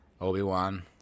Obi-Wan